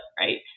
Right